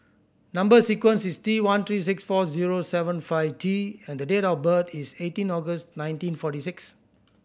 number sequence is T one three six four zero seven five T and the date of birth is eighteen August nineteen forty six